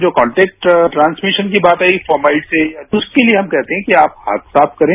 जो contact transmission की बात आई फ्राउमलिटी की तो उसके लिए हम कहते हैं कि आप हाथ साफ करें